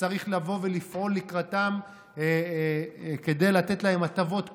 שצריך לבוא ולפעול לקראתם כדי לתת להם הטבות כלשהן.